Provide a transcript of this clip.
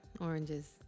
Oranges